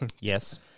Yes